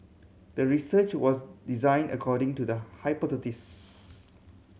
the research was designed according to the hypothesis